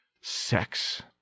Sex